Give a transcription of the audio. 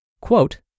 quote